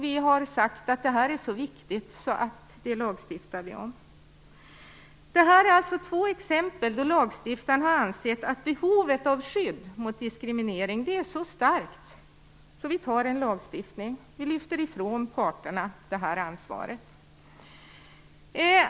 Vi har sagt att det är så viktigt att vi lagstiftar om det. Detta är två exempel då lagstiftaren har ansett att behovet av skydd mot diskriminering är så starkt att man tar en lagstiftning. Man lyfter ifrån parterna denna lagstiftning.